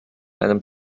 einem